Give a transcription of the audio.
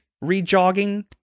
re-jogging